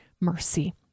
mercy